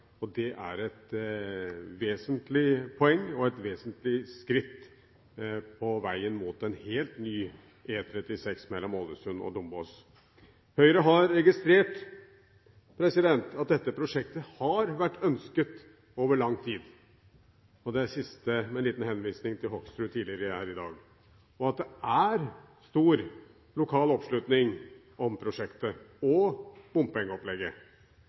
og det er et vesentlig poeng, og dette er et vesentlig skritt på veien mot en helt ny E136 mellom Ålesund og Dombås. Høyre har registrert at dette prosjektet har vært ønsket over lang tid – det siste med en liten henvisning til Hoksruds ord tidligere her i dag – og at det er stor lokal oppslutning om prosjektet og bompengeopplegget.